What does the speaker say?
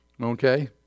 Okay